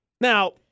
Now